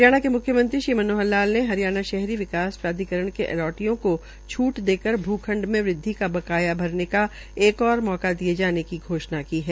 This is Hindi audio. हरियाणा के म्ख्यमंत्री श्री मनोहर लाल ने हरियाणा शहरी विकास प्राधिकरण के अलाटियों को छूट देकर भूखंड में वृदवि का बकाया भरने का एक मौका ओर दिये जाने की घषोणा की है